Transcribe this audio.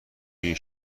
این